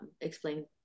explain